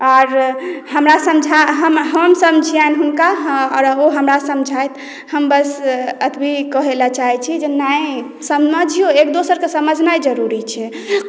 आओर हमरा समझा हम समझियन हुनका आ ओ हमरा समझैत हम बस एतबै कहै लेल चाहैत छी जे हम समझ एक दोसरक समझनाइ जरूरी छै